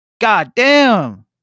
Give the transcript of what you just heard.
goddamn